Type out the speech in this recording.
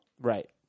Right